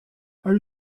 are